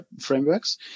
frameworks